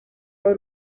w’u